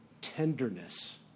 tenderness